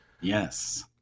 yes